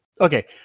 okay